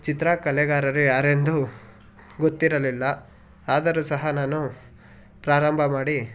ಚಿತ್ರಕಲೆಗಾರರು ಯಾರೆಂದು ಗೊತ್ತಿರಲಿಲ್ಲ ಆದರೂ ಸಹ ನಾನು ಪ್ರಾರಂಭ ಮಾಡಿ